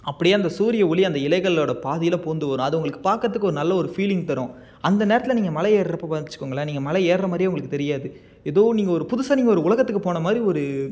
அப்படியே அந்த சூரிய ஒளி அந்த இலைகளோட பாதியில் பூந்து வரும் அது உங்களுக்கு பாக்கிறத்துக்கு ஒரு நல்ல ஒரு ஃபீலிங் தரும் அந்த நேரத்தில் நீங்கள் மலை ஏர்றப்போ பார்த்திங்க வெச்சுக்கோங்களேன் நீங்கள் மலை ஏர்ற மாதிரியே உங்களுக்கு தெரியாது ஏதோ நீங்கள் ஒரு புதுசாக நீங்கள் ஒரு உலகத்துக்கு போன மாதிரி ஒரு